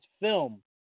film